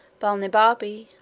balnibarbi,